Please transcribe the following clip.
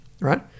right